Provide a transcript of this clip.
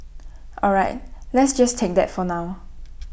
all right let's just take that for now